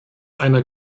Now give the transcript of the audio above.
einer